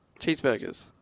Cheeseburgers